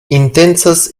intencas